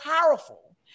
powerful